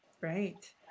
Right